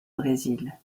brésil